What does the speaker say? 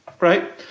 right